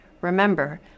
Remember